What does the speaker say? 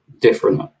different